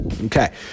Okay